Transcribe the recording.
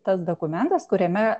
tas dokumentas kuriame